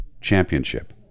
Championship